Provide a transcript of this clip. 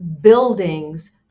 buildings